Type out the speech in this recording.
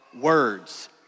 words